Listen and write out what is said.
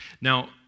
Now